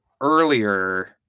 earlier